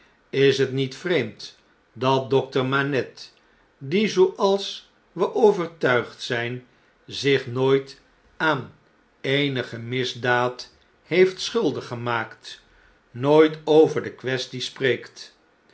is het niet vreemd dat dokter manette die zooals we overtuigd zijn zich nooit aan eenige misdaad heeft schuldig gemaakt nooit over de quaestie spreekt